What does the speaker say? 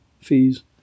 fees